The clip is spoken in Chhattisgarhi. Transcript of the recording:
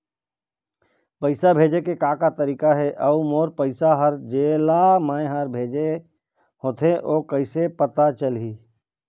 पैसा भेजे के का का तरीका हे अऊ मोर पैसा हर जेला मैं हर भेजे होथे ओ कैसे पता चलही?